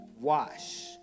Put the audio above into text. wash